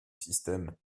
système